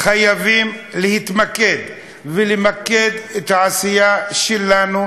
חייבים להתמקד ולמקד את העשייה שלנו